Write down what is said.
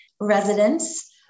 residents